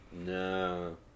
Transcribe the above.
No